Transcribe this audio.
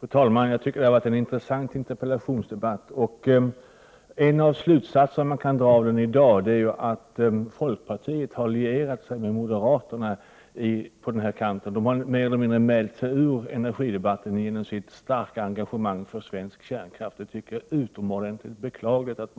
Fru talman! Jag tycker att det här har varit en intressant interpellationsdebatt. En av de slutsatser man kan dra av den i dag är att folkpartiet har lierat sig med moderaterna i det här sammanhanget. De har mer eller mindre mält sig ur energidebatten genom sitt starka engagemang för svensk kärnkraft. Jag tycker att det är utomordentligt beklagligt att